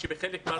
אבו שחאדה.